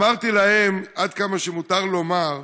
ואמרתי להם, עד כמה שמותר לומר,